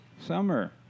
summer